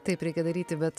taip reikia daryti bet